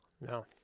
no